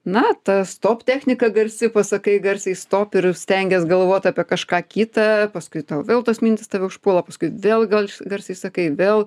na ta stop technika garsi pasakai garsiai stop ir stengies galvot apie kažką kitą paskui tau vėl tos mintys tave užpuola paskui vėl gal garsiai sakai vėl